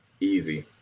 Easy